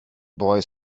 boy